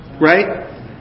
Right